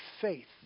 faith